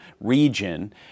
region